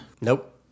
Nope